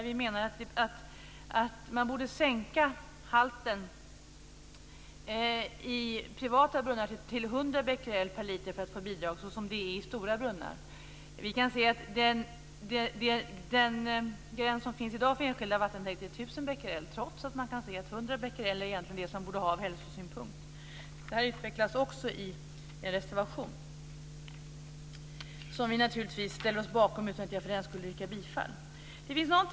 Vi menar att tillåten radonhalt i privata brunnar för att få bidrag borde sänkas till 100 becquerel per liter, som är fallet med stora brunnar. Den gräns som finns i dag för enskilda vattentäkter är 1 000 becquerel, trots att 100 becquerel egentligen borde gälla ur hälsosynpunkt. Också detta utvecklas i en reservation, som vi naturligtvis ställer oss bakom, utan att jag för den skull yrkar bifall till den.